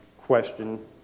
question